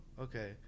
okay